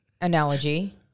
analogy